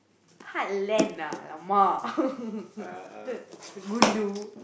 hard land lah !alamak! gundu